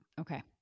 Okay